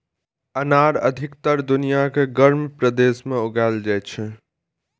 अनार अधिकतर दुनिया के गर्म प्रदेश मे उगाएल जाइ छै